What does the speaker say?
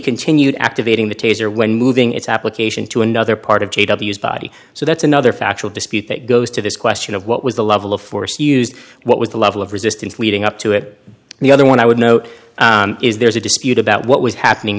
continued activating the taser when moving its application to another part of j w's body so that's another factual dispute that goes to this question of what was the level of force used what was the level of resistance leading up to it and the other one i would note is there's a dispute about what was happening